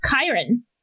Chiron